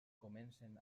comencen